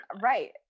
right